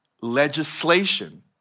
legislation